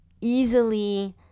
easily